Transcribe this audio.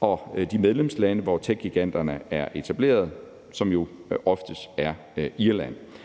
og de medlemslande, hvor techgiganterne er etableret; det er oftest i Irland.